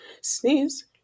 sneeze